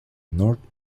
north